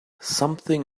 something